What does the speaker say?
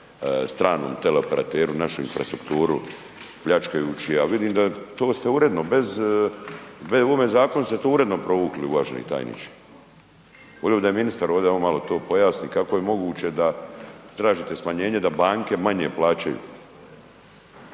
stranom teleoperateru našu infrastrukturu pljačkajući je, a vidim da to ste uredno bez, u ovome zakonu ste to uredno provuki uvaženi tajniče. Vodio bi da je ministar ovde, on malo to pojasni kako je moguće da tražite smanjenje da banke manje plaćaju,